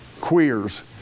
queers